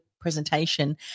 presentation